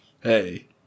Hey